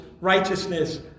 righteousness